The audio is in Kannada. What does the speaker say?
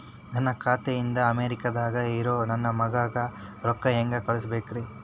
ನನ್ನ ಖಾತೆ ಇಂದ ಅಮೇರಿಕಾದಾಗ್ ಇರೋ ನನ್ನ ಮಗಗ ರೊಕ್ಕ ಹೆಂಗ್ ಕಳಸಬೇಕ್ರಿ?